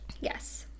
Yes